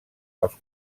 als